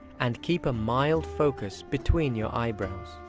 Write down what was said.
and keep a mild focus between your eyebrows.